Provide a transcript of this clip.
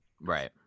Right